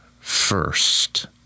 first